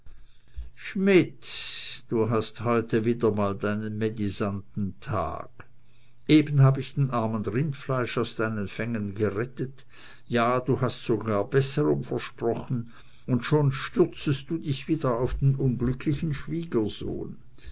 schmidt du hast heute mal wieder deinen medisanten tag eben hab ich den armen rindfleisch aus deinen fängen gerettet ja du hast sogar besserung versprochen und schon stürzest du dich wieder auf den unglücklichen schwiegersohn